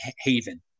haven